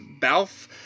Balf